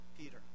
Peter